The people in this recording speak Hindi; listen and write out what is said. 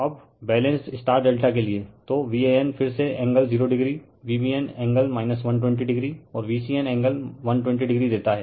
रिफर स्लाइड टाइम 0653 अब बैलेंस्ड ∆ के लिए तो Van फिर से angle 0o Vbn angle 120o और Vcn एंगल 120o देता है